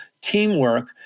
teamwork